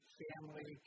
family